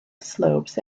slopes